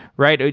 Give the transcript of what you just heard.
right?